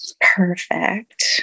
perfect